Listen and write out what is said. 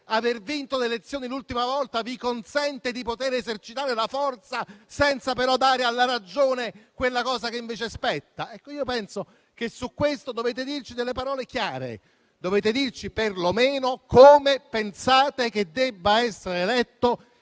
aver vinto le ultime elezioni vi consenta di esercitare la forza senza però dare alla ragione quella cosa che invece le spetta? Penso che su questo dobbiate dirci delle parole chiare, che dobbiate dirci perlomeno come pensate che debba essere eletto